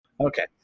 Okay